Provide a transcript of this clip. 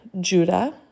Judah